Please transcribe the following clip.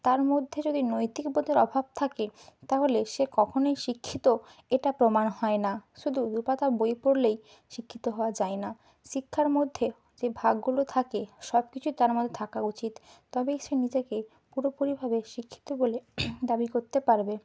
তার মধ্যে যদি নৈতিক বোধের অভাব থাকে তাহলে সে কখনোই শিক্ষিত এটা প্রমাণ হয় না শুধু দু পাতা বই পড়লেই শিক্ষিত হওয়া যায় না শিক্ষার মধ্যে সেই ভাগগুলো থাকে সব কিছুই তার মধ্যে থাকা উচিত তবেই সে নিজেকে পুরোপুরিভাবে শিক্ষিত বলে দাবি করতে পারবে